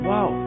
Wow